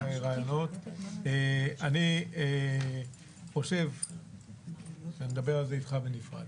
אני אדבר על זה איתך בנפרד.